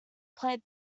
plant